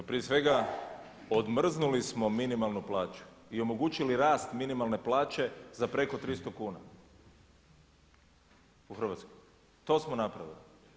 Pa prije svega odmrznuli smo minimalnu plaću i omogućili rast minimalne plaće za preko 300 kuna u Hrvatskoj, to smo napravili.